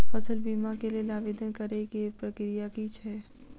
फसल बीमा केँ लेल आवेदन करै केँ प्रक्रिया की छै?